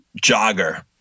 jogger